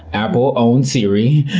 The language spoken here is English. apple owns siri.